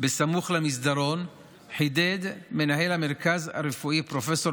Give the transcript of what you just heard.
סמוך למסדרון חידד מנהל המרכז הרפואי פרופ'